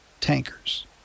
tankers